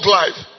life